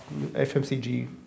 FMCG